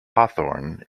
hawthorn